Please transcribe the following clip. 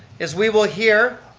is we will hear,